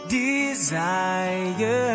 desire